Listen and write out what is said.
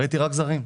ראיתי רק זרים.